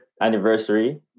anniversary